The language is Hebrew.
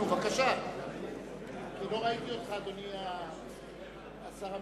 אדוני השר המקשר,